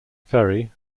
ferry